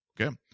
Okay